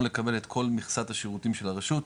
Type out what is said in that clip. לקבל את כל מיכסת השירותים של הרשות,